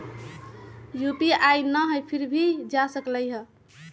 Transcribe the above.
UPI न हई फिर भी जा सकलई ह?